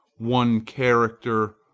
one character,